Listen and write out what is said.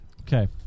Okay